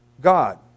God